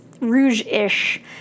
rouge-ish